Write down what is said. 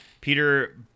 Peter